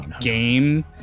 game